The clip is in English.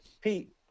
Pete